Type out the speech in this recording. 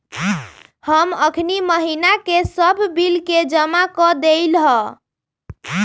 हम अखनी महिना के सभ बिल के जमा कऽ देलियइ ह